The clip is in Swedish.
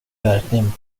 verkligen